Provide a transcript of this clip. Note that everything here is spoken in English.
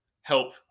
help